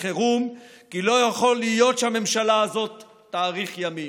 חירום וכי לא יכול להיות שהממשלה הזאת תאריך ימים.